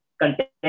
content